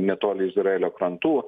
netoli izraelio krantų